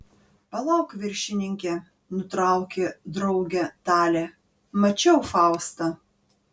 palauk viršininke nutraukė draugę talė mačiau faustą